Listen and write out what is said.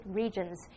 regions